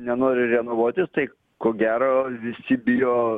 nenori renovuotis tai ko gero visi bijo